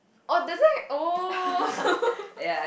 oh does that oh